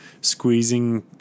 squeezing